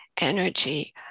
energy